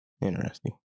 interesting